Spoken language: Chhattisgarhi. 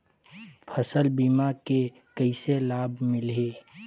फसल बीमा के कइसे लाभ मिलही?